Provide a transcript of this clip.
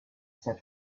said